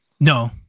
No